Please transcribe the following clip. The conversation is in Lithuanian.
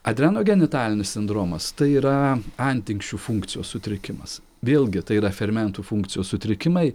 adrenogenitalinis sindromas tai yra antinksčių funkcijos sutrikimas vėlgi tai yra fermentų funkcijų sutrikimai